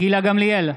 גילה גמליאל,